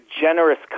generous